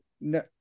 No